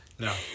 No